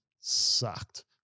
sucked